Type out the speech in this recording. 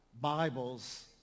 Bibles